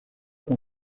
que